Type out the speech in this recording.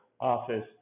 office